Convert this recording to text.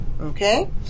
Okay